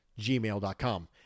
gmail.com